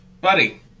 buddy